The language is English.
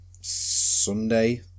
Sunday